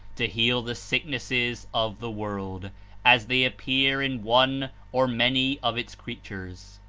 to heal the sicknesses of the world as they appear in one or many of its creatures.